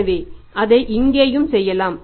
எனவே அதை இங்கேயும் செய்யலாம்